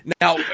Now